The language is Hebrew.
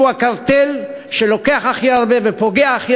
שהוא הקרטל שלוקח הכי הרבה ופוגע הכי